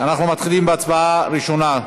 אנחנו מתחילים בהצבעה ראשונה.